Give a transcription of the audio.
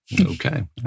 Okay